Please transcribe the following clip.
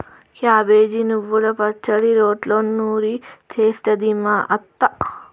cabbage నువ్వల పచ్చడి రోట్లో నూరి చేస్తది మా అత్త